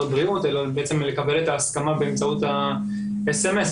הבריאות ולקבל את ההסכמה באמצעות האס.אמ.אס.